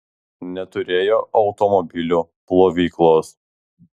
neturėjo automobilių plovyklos